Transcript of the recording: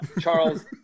Charles